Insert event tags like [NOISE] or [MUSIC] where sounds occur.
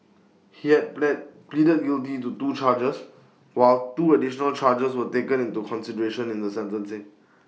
he had [UNINTELLIGIBLE] pleaded guilty to two charges while two additional charges were taken into consideration in the sentencing